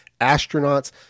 astronauts